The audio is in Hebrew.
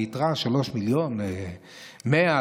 היתרה 3 מיליון ו-100,